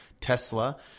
Tesla